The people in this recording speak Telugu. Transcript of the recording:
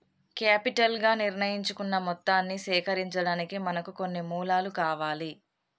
కేపిటల్ గా నిర్ణయించుకున్న మొత్తాన్ని సేకరించడానికి మనకు కొన్ని మూలాలు కావాలి